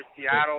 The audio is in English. Seattle